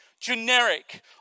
generic